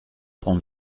prend